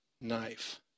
Knife